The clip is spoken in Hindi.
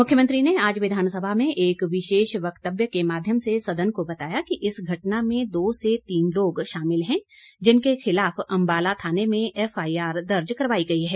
मुख्यमंत्री ने आज विधानसभा में एक विशेष व्यक्तव्य के माध्यम से सदन को बताया कि इस घटना में दो से तीन लोग शामिल हैं जिनके खिलाफ अंबाला थाने में एफआईआर दर्ज करवाई गई है